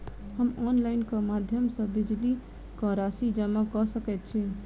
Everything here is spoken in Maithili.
हम ऑनलाइन केँ माध्यम सँ बिजली कऽ राशि जमा कऽ सकैत छी?